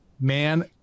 man